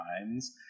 times –